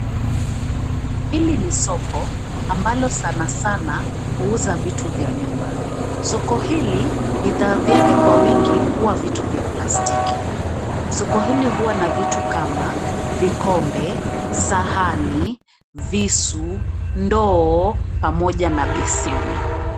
Hili ni soko ambalo sana sana huuza vitu vya nyumba. Soko hili bidhaa vyake kwa wingi huwa vitu vya plastiki. Soko hili huwa na vitu kama vikombe, sahani, visu, ndoo, pamoja na beseni.